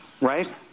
right